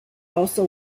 also